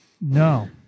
No